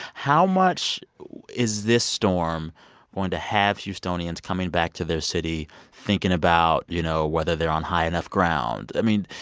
how much is this storm going to have houstonians coming back to their city thinking about, you know, whether they're on high enough ground? i mean,